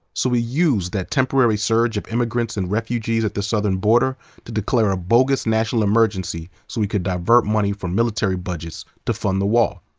so he used that temporary surge of immigrants and refugees at the southern border to declare a bogus national emergency so we could divert money from military budgets to fund the wall.